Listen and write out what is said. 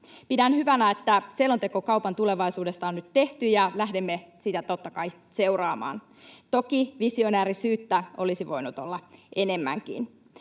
Pidän hyvänä, että selonteko kaupan tulevaisuudesta on nyt tehty, ja lähdemme sitä totta kai seuraamaan. Toki visionäärisyyttä olisi voinut olla enemmänkin.